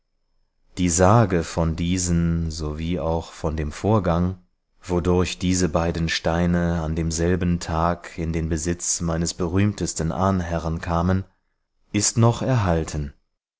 die sage von diesen sowie auch von dem vorgang wodurch diese beiden steine an demselben tag in den besitz meines berühmtesten ahnherrn kamen ist noch erhalten